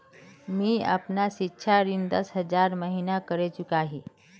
मी अपना सिक्षा ऋण दस हज़ार महिना करे चुकाही